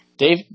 Dave